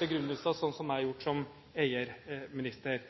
begrunnelser, sånn som jeg har gjort som eierminister.